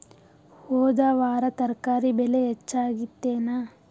ಹೊದ ವಾರ ತರಕಾರಿ ಬೆಲೆ ಹೆಚ್ಚಾಗಿತ್ತೇನ?